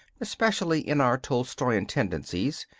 especially in our tolstoyan tendencies,